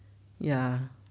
ya